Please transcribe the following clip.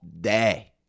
day